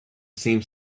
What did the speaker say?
same